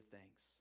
thanks